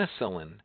penicillin